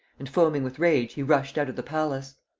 and foaming with rage he rushed out of the palace.